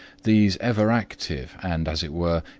these ever active and, as it were,